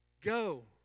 go